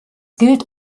gilt